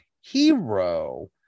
hero